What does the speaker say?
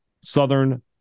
Southern